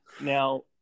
Now